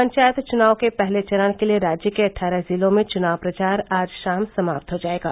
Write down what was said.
पंचायत चुनाव के पहले चरण के लिये राज्य के अट्ठारह जिलों में चुनाव प्रचार आज शाम समाप्त हो जायेगा